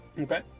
okay